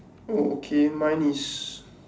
okay mine is